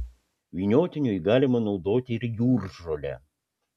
vyniotiniui galima naudoti ir jūržolę